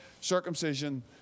circumcision